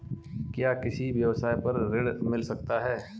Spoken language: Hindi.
क्या किसी व्यवसाय पर ऋण मिल सकता है?